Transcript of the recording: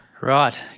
Right